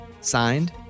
Signed